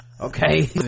okay